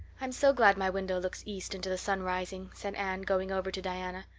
i'm so glad my window looks east into the sun rising, said anne, going over to diana.